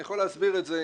אני יכול להסביר את זה,